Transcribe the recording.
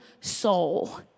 soul